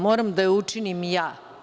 Moram da je učinim ja.